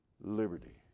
Liberty